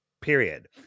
period